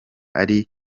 ari